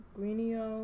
Greenio